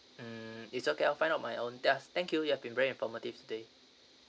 mm it's okay I'll find out my own theirs thank you you have been very informative today